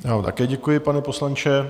Já vám také děkuji, pane poslanče.